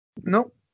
Nope